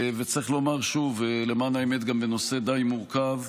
וצריך לומר שוב, למען האמת, גם בנושא די מורכב.